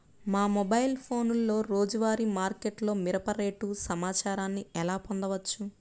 మా మొబైల్ ఫోన్లలో రోజువారీ మార్కెట్లో మిరప రేటు సమాచారాన్ని ఎలా పొందవచ్చు?